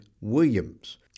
Williams